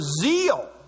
zeal